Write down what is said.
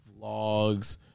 vlogs